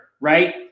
Right